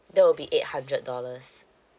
that will be eight hundred dollars